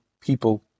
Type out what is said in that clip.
people